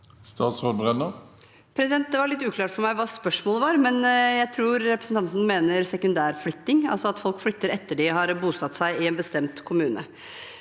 Statsråd Tonje Brenna Det var litt uklart for meg hva spørsmålet var, men jeg tror representanten mener sekundærflytting, altså at folk flytter etter at de har bosatt seg i en bestemt kommune.